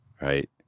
right